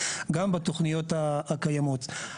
גם התוכניות הקיימות.